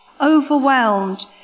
overwhelmed